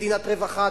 "מדינת רווחה",